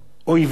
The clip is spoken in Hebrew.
אויבינו.